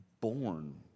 born